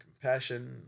compassion